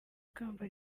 ikamba